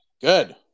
Good